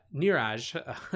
Niraj